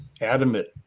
adamant